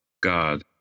God